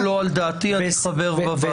הסיכום לא על דעתי, אני חבר בוועדה.